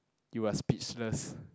you are speechless